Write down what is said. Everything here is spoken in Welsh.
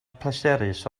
pleserus